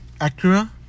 Acura